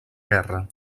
guerra